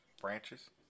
branches